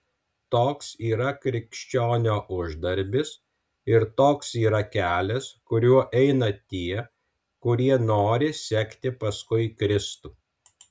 toks yra krikščionio uždarbis ir toks yra kelias kuriuo eina tie kurie nori sekti paskui kristų